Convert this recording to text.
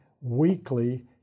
weekly